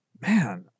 man